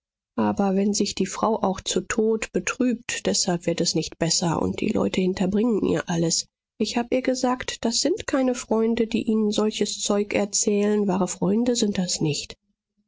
aber wenn sich die frau auch zu tod betrübt deshalb wird es nicht besser und die leute hinterbringen ihr alles ich hab ihr gesagt das sind keine freunde die ihnen solches zeug erzählen wahre freunde sind das nicht